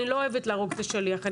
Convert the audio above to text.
אני לא אוהבת להרוג את השליח,